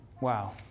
Wow